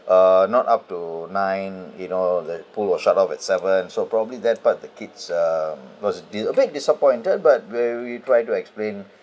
uh not up to nine in all the pool was shut off at seven so probably that part the kids uh was a dis~ a bit disappointed but when we try to explain